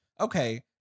okay